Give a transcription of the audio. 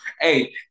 Hey